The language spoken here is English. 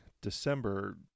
December